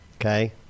okay